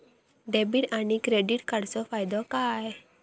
Debit आणि credit कार्डचो फायदो काय?